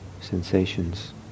sensations